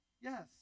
Yes